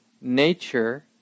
nature